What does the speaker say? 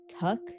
Tuck